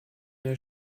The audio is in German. der